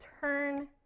turn